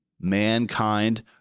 mankind